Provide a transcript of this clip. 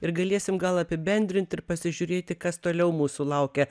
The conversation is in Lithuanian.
ir galėsim gal apibendrinti ir pasižiūrėti kas toliau mūsų laukia